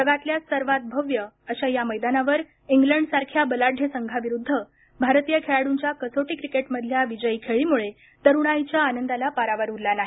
जगातल्या सर्वात भव्य अशा या मैदानावर इंग्लंड सारख्या बलाद्य संघाविरुद्ध भारतीय खेळाडूंच्या कसोटी क्रिकेट मधल्या विजयी खेळीमुळे तरुणाईच्या आनंदाला पारावर उरला नाही